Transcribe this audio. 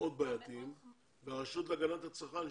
המאוד בעייתיים והרשות להגנת הצרכן,